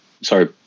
Sorry